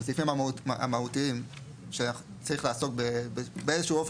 בסעיפים המהותיים שצריך לעסוק באיזה שהוא אופן